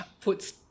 puts